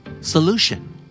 Solution